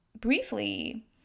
briefly